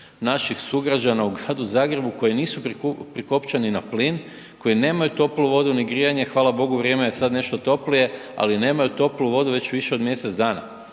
naših sugrađana u Gradu Zagrebu koji nisu prikopčani na plin, koji nemaju toplu vodu ni grijanje, hvala Bogu vrijeme je sad nešto toplije, ali nemaju toplu vodu već više od mjesec dana.